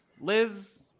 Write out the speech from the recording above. Liz